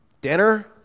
Dinner